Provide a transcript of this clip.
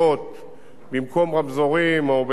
במקום רמזורים, או בהיעדרם בכלל,